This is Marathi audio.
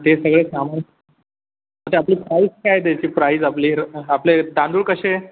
ते सगळं सामान तर आपली प्राईस काय त्याची प्राईज आपली रं आपले तांदूळ कसे